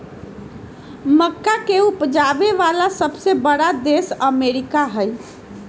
मक्का के उपजावे वाला सबसे बड़ा देश अमेरिका हई